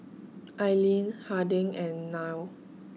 Aileen Harding and Nile